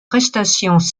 prestations